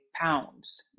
pounds